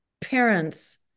parents